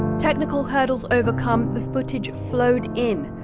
technical hurdles overcome, the footage flowed in,